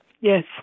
Yes